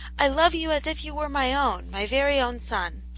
i love you as if you were my own, my very own son.